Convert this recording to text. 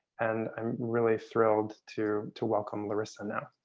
and i'm really thrilled to to welcome larissa now.